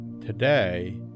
today